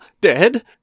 dead